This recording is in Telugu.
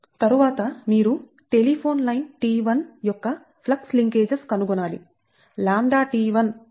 తరువాత మీరు టెలిఫోన్ లైన్ T1 యొక్క ఫ్లక్స్ లింకేజ్ కనుగొనాలి